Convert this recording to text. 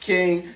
King